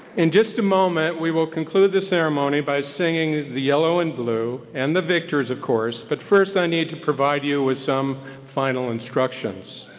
in just a moment, we will conclude the ceremony by singing the yellow and blue and the victors, of course, but first i need to provide you with some final instructions.